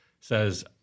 says